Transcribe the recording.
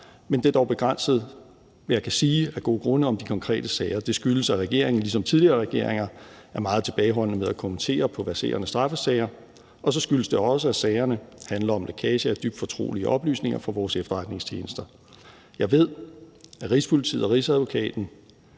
men det er dog begrænset, hvad jeg kan sige, af gode grunde, om de konkrete sager. Det skyldes, at regeringen ligesom tidligere regeringer er meget tilbageholdende med at kommentere på verserende straffesager, og så skyldes det også, at sagerne handler om lækage af dybt fortrolige oplysninger fra vores efterretningstjenester. Jeg ved, at Rigspolitiet og Rigsadvokaten